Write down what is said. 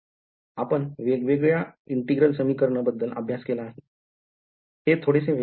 आपण वेगवेगळ्या integral समीकरण बद्दल अभ्यास केला आहे हे थोडेसे वेगळे आहे